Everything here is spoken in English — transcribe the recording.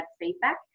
feedback